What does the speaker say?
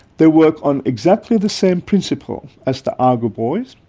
they work on exactly the same principle as the argo buoys.